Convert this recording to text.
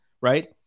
right